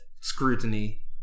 scrutiny